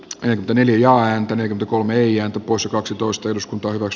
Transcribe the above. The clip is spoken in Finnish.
heiltä neljä ääntä ja kolme eija usa kaksitoista jos kaivos